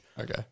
Okay